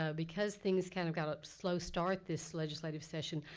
ah because things kind of got a slow start this legislative session,